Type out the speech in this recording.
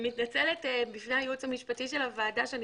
אני מתנצלת בפני הייעוץ המשפטי לוועדה שאני